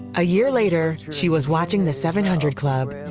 a year later she was watching the seven hundred club.